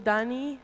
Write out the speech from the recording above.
Danny